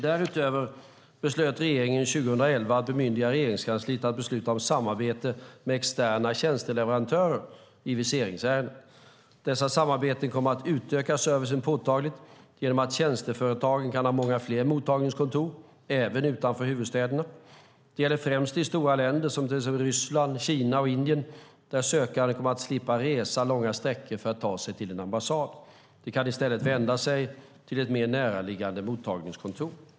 Därutöver beslutade regeringen 2011 att bemyndiga Regeringskansliet att besluta om samarbete med externa tjänsteleverantörer i viseringsärenden. Dessa samarbeten kommer att utöka servicen påtagligt genom att tjänsteföretagen kan ha många fler mottagningskontor, även utanför huvudstäderna. Det gäller främst i stora länder som till exempel Ryssland, Kina och Indien där sökande kommer att slippa resa långa sträckor för att ta sig till en ambassad. De kan i stället vända sig till ett mer närliggande mottagningskontor.